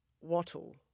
wattle